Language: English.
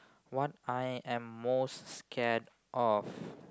what I am most scared of